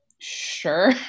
Sure